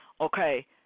Okay